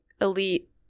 elite